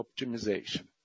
optimization